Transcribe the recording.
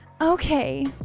okay